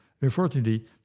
Unfortunately